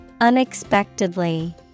Unexpectedly